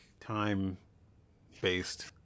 time-based